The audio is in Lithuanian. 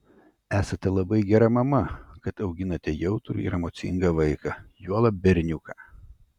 esate labai gera mama kad auginate jautrų ir emocingą vaiką juolab berniuką